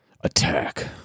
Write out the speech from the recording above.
attack